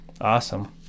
Awesome